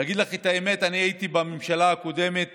להגיד לך את האמת, בממשלה הקודמת